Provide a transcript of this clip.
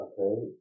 Okay